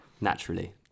naturally